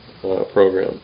program